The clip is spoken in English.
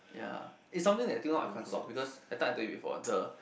ya is something that think of I can't solve because that time I tell you before the